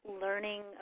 learning